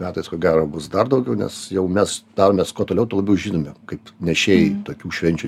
metais ko gero bus dar daugiau nes jau mes daromės kuo toliau tuo labiau žinomi kaip nešėjai tokių švenčių